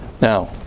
Now